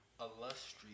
illustrious